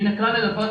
מן הכלל אל הפרט,